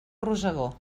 rosegó